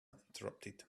interrupted